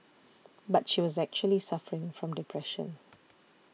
but she was actually suffering from depression